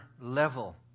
level